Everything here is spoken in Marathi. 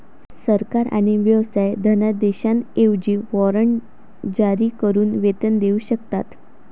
सरकार आणि व्यवसाय धनादेशांऐवजी वॉरंट जारी करून वेतन देऊ शकतात